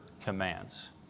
commands